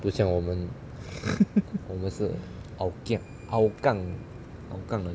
不像我们我们是 hou kia hougang hougang 的